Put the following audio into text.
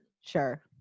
Sure